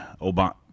Obama